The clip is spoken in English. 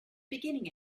beginning